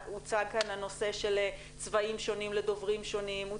הוצע כאן הנושא של צבעים שונים לדוברים שונים,